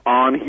on